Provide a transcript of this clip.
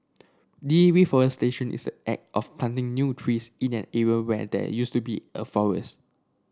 reforestation is act of planting new trees in an area where there used to be a forest